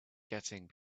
getting